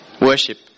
worship